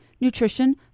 nutrition